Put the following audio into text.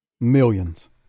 Millions